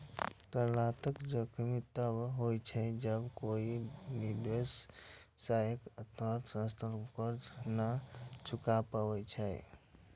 तरलता जोखिम तब होइ छै, जब कोइ निवेशक, व्यवसाय अथवा संस्थान कर्ज नै चुका पाबै छै